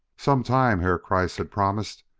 some time, herr kreiss had promised,